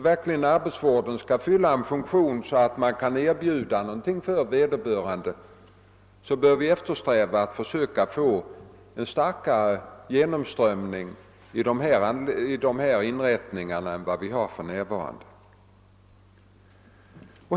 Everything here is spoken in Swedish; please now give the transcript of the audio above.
Om arbetsvården verkligen skall kunna fylla en funktion, bör vi eftersträva en snabbare genomströmning i dessa inrättningar än vad vi har för närvarande.